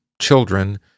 children